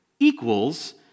equals